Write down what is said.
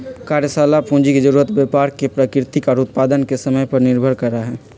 कार्यशाला पूंजी के जरूरत व्यापार के प्रकृति और उत्पादन के समय पर निर्भर करा हई